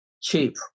cheap